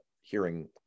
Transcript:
hearing